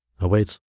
awaits